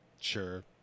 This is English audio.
sure